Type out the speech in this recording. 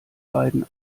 beiden